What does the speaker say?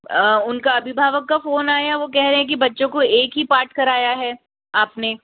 उनका अभिभावक का फोन आया वो कह रहे है कि बच्चों का एक ही पाठ कराया है आपने